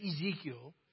Ezekiel